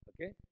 Okay